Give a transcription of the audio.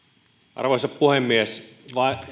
arvoisa puhemies